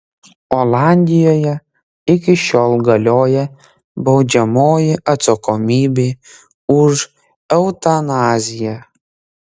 olandijoje iki šiol galioja baudžiamoji atsakomybė už eutanaziją